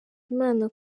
imana